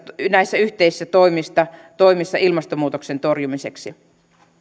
näissä yhteisissä toimissa ilmastonmuutoksen torjumiseksi